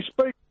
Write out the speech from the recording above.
speak